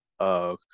Okay